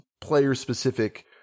player-specific